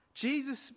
Jesus